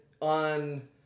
on